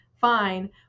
fine